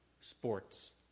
sports